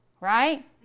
Right